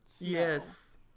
Yes